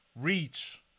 reach